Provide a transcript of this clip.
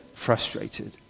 frustrated